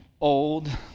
old